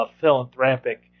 philanthropic